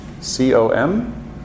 c-o-m